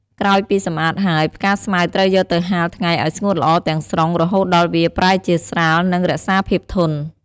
ក្រោយពីសម្អាតហើយ ផ្កាស្មៅត្រូវយកទៅហាលថ្ងៃឲ្យស្ងួតល្អទាំងស្រុង រហូតដល់វាប្រែជាស្រាល និងរក្សាភាពធន់។